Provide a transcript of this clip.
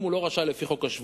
אם הוא לא רשאי לפי חוק השבות,